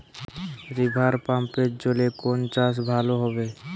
রিভারপাম্পের জলে কোন চাষ ভালো হবে?